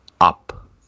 up